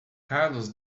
carlos